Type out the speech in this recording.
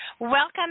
Welcome